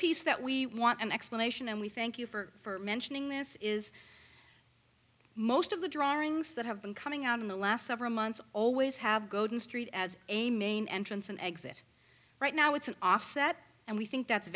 piece that we want an explanation and we thank you for mentioning this is most of the drawings that have been coming out in the last several months always have golden street as a main entrance and exit right now it's an offset and we think that's